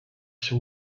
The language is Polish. się